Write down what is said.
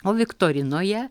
o viktorinoje